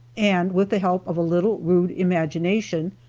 and with the help of a little rude imagination,